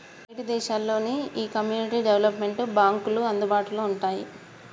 బయటి దేశాల్లో నీ ఈ కమ్యూనిటీ డెవలప్మెంట్ బాంక్లు అందుబాటులో వుంటాయి